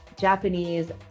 Japanese